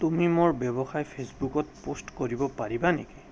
তুমি মোৰ ব্যৱসায় ফেইচবুকত পোষ্ট কৰিব পাৰিবা নেকি